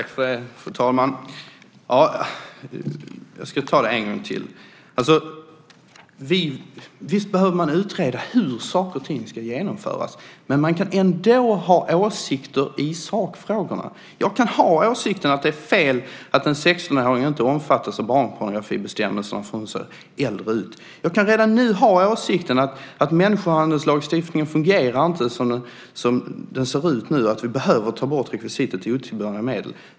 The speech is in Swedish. Fru talman! Jag ska ta det en gång till. Visst behöver man utreda hur saker och ting ska genomföras, men man kan ändå ha åsikter i sakfrågorna. Jag kan ha åsikten att det är fel att en 16-åring inte omfattas av barnpornografibestämmelserna därför att hon ser äldre ut. Jag kan redan nu ha åsikten att människohandelslagstiftningen inte fungerar som den ser ut nu och att vi behöver ta bort rekvisitet otillbörliga medel.